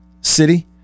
city